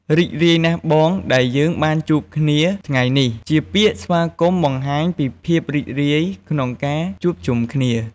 រីករាយណាស់បង ដែលយើងបានមកជួបគ្នាថ្ងៃនេះ ជាពាក្យស្វាគមន៍បង្ហាញពីភាពរីករាយក្នុងការជួបជុំគ្នា។